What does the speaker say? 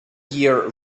year